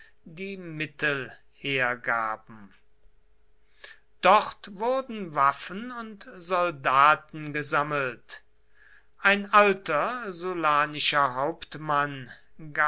die mittel hergaben dort wurden waffen und soldaten gesammelt ein alter sullanischer hauptmann